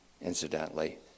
incidentally